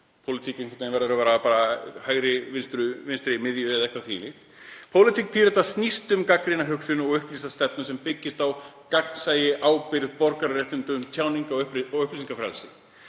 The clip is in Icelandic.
verður einhvern veginn að vera bara hægri, vinstri, miðju eða eitthvað þvíumlíkt. Pólitík Pírata snýst um gagnrýna hugsun og upplýsta stefnu sem byggist á gagnsæi, ábyrgð, borgararéttindum og tjáningar- og upplýsingafrelsi.